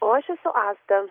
o aš esu asta